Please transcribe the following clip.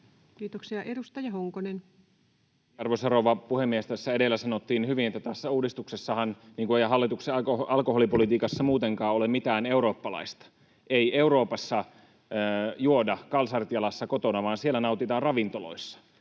Time: 16:37 Content: Arvoisa rouva puhemies! Tässä edellä sanottiin hyvin, että tässä uudistuksessahan, niin kuin ei hallituksen alkoholipolitiikassa muutenkaan, ei ole mitään eurooppalaista. Ei Euroopassa juoda kalsarit jalassa kotona vaan siellä nautitaan ravintoloissa.